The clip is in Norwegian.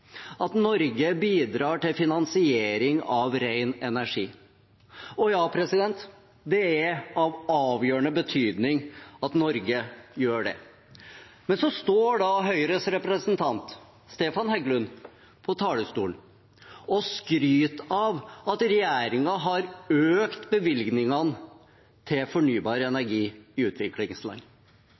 at Norge bidrar til finansiering av ren energi. Ja, det er av avgjørende betydning at Norge gjør det. Men så står Høyres representant Stefan Heggelund på talerstolen og skryter av at regjeringen har økt bevilgningene til fornybar energi i utviklingsland